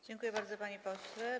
Dziękuję bardzo, panie pośle.